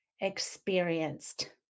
experienced